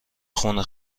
خونه